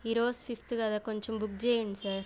ఈ రోజు ఫిఫ్త్ కదా కొంచెం బుక్ చేయండి సార్